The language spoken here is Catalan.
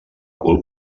cul